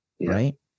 right